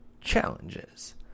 challenges